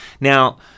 Now